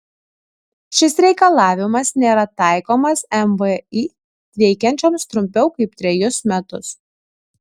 šis reikalavimas nėra taikomas mvį veikiančioms trumpiau kaip trejus metus